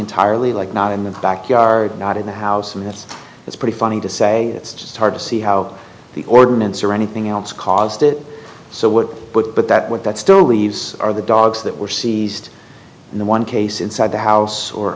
entirely like not in the backyard not in the house and that's it's pretty funny to say it's just hard to see how the ordinance or anything else caused it so what but but that what that still leaves are the dogs that were seized in the one case inside the house or